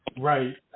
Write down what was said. Right